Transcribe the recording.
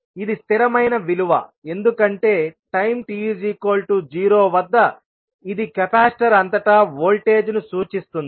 ఇది స్థిరమైన విలువ ఎందుకంటే టైం t0 వద్ద ఇది కెపాసిటర్ అంతటా వోల్టేజ్ను సూచిస్తుంది